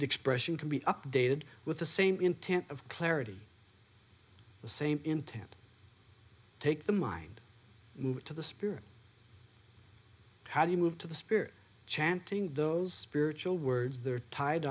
the expression can be updated with the same intent of clarity the same intent take the mind move it to the spirit how do you move to the spirit chanting those spiritual words th